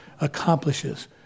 accomplishes